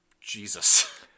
Jesus